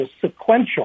sequential